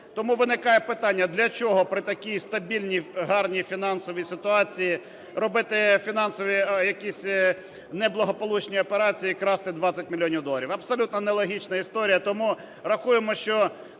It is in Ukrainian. Тому виникає питання: для чого при такій стабільній гарній фінансовій ситуації робити фінансові якісь неблагополучні операції і красти 20 мільйонів доларів. Абсолютно нелогічна історія. Тому рахуємо, що